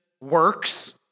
works